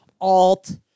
alt